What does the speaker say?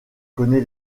connaît